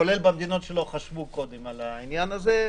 כולל במדינות שלא חשבו קודם על העניין הזה.